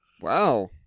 Wow